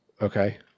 Okay